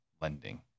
lending